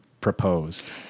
proposed